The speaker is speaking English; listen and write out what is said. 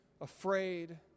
afraid